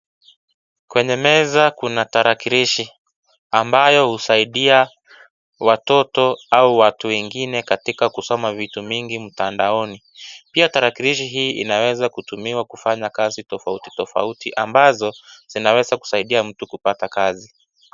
Kwenye meza kuna tarakilishi. Ambayo husaidia watoto au watu wengine katika kusoma vitu mingi mtandaoni. Pia tarakilishi hii inaweza kutumiwa kufanya kazi tofauti tofauti, ambazo zinaweza kusaidia mtu kupata kazi.